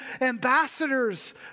ambassadors